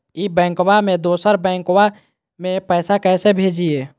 ई बैंकबा से दोसर बैंकबा में पैसा कैसे भेजिए?